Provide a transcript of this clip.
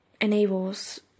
enables